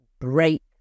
break